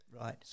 Right